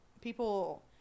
people